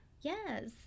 yes